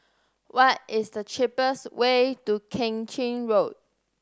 what is the cheapest way to Keng Chin Road